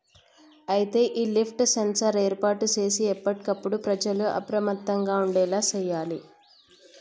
అయితే ఈ lift sensor ఏర్పాటు సేసి ఎప్పటికప్పుడు ప్రజల అప్రమత్తంగా ఉండేలా సేయాలి